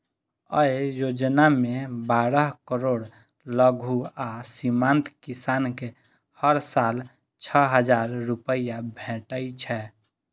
अय योजना मे बारह करोड़ लघु आ सीमांत किसान कें हर साल छह हजार रुपैया भेटै छै